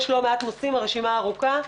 יש לא מעט נושאים, הרשימה ארוכה.